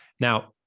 Now